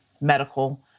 medical